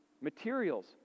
Materials